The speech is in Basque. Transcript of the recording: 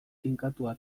tinkatua